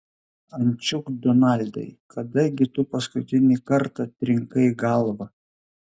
ančiuk donaldai kada gi tu paskutinį kartą trinkai galvą